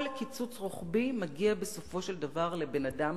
כל קיצוץ רוחבי מגיע, בסופו של דבר, לבן-אדם